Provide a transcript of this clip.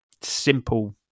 simple